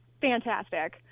fantastic